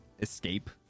escape